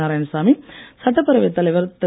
நாராயணசாமி சட்டப்பேரவைத் தலைவர் திரு